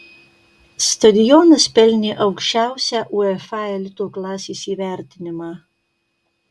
stadionas pelnė aukščiausią uefa elito klasės įvertinimą